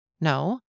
No